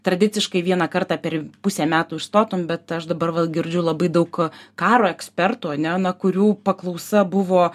tradiciškai vieną kartą per pusę metų išstotum bet aš dabar vat girdžiu labai daug karo ekspertų ane na kurių paklausa buvo